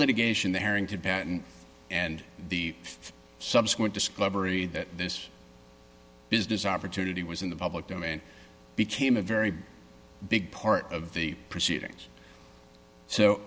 litigation the harrington patent and the subsequent discovery that this business opportunity was in the public domain became a very big part of the proceedings so